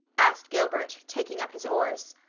asked gilbert, taking up his oars.